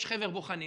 יש חבר בוחנים